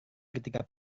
ketika